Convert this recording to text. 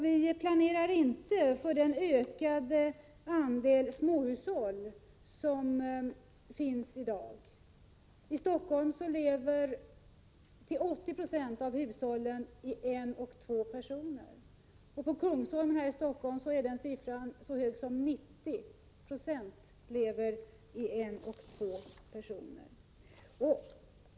Vi planerar inte för den ökande andelen småhushåll. I 80 26 av hushållen i Helsingfors bor en eller två personer. På Kungsholmen i Helsingfors är siffran så hög som 90 96.